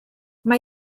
mae